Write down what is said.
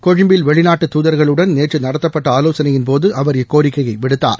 கொழும்பில் வெளிநாட்டு தூதர்களுடன் நேற்று நடத்தப்பட்ட ஆலோசனையின்போது அவர் இக்கோரிக்கையை விடுத்தார்